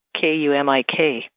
K-U-M-I-K